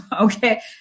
okay